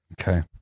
Okay